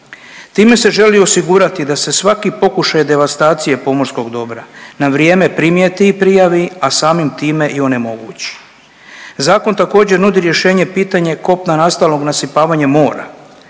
Time se želi osigurati da se svaki pokušaj devastacije pomorskog dobra na vrijeme primijeti i prijavi, a samim time i onemogući. Zakon također, nudi rješenje pitanje kopna nastalog nasipavanjem mora,